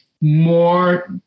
more